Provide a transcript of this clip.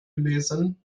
lesen